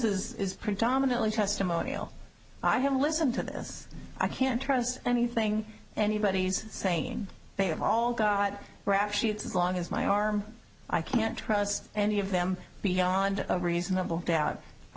is predominantly testimonial i have listened to this i can't trust anything anybody's saying they have all got rap sheets as long as my arm i can't trust any of them beyond a reasonable doubt i